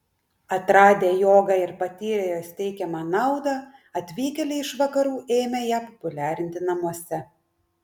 atradę jogą ir patyrę jos teikiamą naudą atvykėliai iš vakarų ėmė ją populiarinti namuose